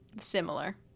similar